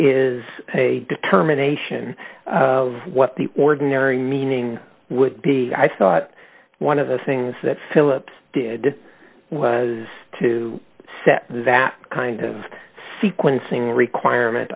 is a determination of what the ordinary meaning would be i thought one of the things that phillips did was to set that kind of sequencing requirement